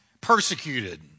persecuted